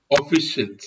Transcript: officials